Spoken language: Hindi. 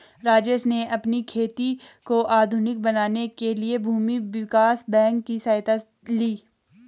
राजेश ने अपनी खेती को आधुनिक बनाने के लिए भूमि विकास बैंक की सहायता ली